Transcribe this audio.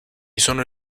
sono